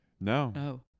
No